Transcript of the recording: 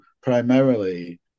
primarily